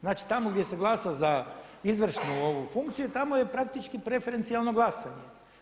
Znači tamo gdje se glasa za izvršnu ovu funkciju tamo je praktični preferencijalno glasanje.